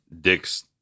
dicks